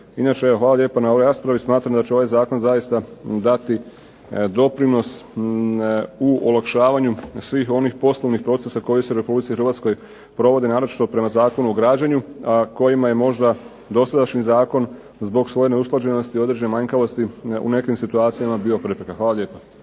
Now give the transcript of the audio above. hvala lijepa na ovoj raspravi. Smatram da će ovaj zakon zaista dati doprinos u olakšavanju svih onih poslovnih procesa koji se u Republici Hrvatskoj provode, naročito prema Zakonu o građenju, a kojima je možda dosadašnji zakon zbog svoje neusklađenosti i određene manjkavosti u nekim situacijama bio prepreka. Hvala lijepa.